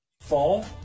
Fall